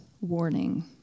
warning